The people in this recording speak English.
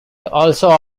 also